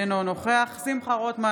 אינו נוכח שמחה רוטמן,